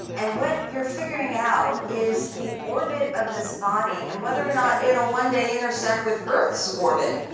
and what you're figuring out is the orbit of this body and whether or not it'll one day intersect with earth's orbit.